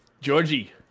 Georgie